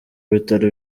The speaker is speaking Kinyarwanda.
bitaro